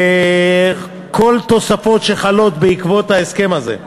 ואת כל התוספות שחלות בעקבות ההסכם הזה.